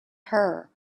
her